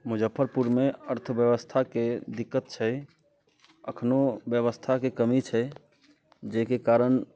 मुजफ्फरपुर मे अर्थव्यवस्थाके दिक्कत छै एखनो व्यवस्थाके कमी छै जाहिके कारण